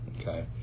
okay